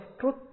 truth